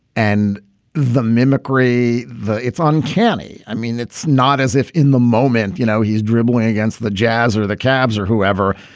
and the mimicry. it's uncanny. i mean, it's not as if in the moment, you know, he's dribbling against the jazz or the cavs or whoever.